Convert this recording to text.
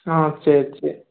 ஆ சரி சரி